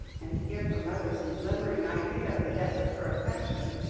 and to give her mother some glimmering idea of the depth of her affection,